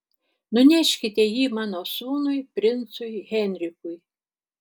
nuneškite jį mano sūnui princui henrikui